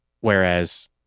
Whereas